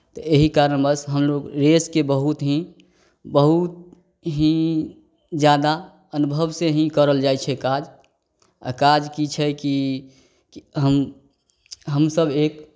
तऽ एहि कारणवश हम लोग रेसकेँ बहुत ही बहुत ही ज्यादा अनुभवसँ ही कयल जाइ छै काज आ काज की छै कि कि हम हमसभ एक